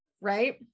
Right